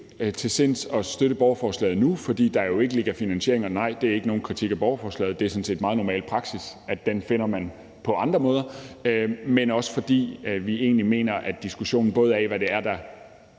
til sinds at støtte borgerforslaget nu, fordi der jo ikke ligger finansiering – og nej, det er ikke nogen kritik af borgerforslaget, det er sådan set meget normal praksis, at den finder man på andre måder – men også fordi vi egentlig i forbindelse med diskussionen mener, at det kan være